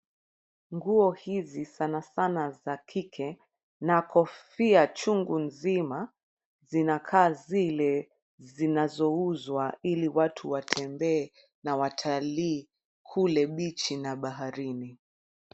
Nguo hizi sana sana za kike na kofia chungu nzima ,zinakaa zile zinazouzwa ili watu watembee ,na watalii kule beachi na baharini.